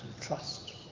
trust